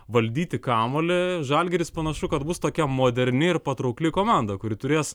valdyti kamuolį žalgiris panašu kad bus tokia moderni ir patraukli komanda kuri turės